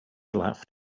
laughed